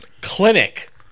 clinic